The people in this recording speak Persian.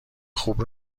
خوب